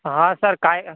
हा सर काय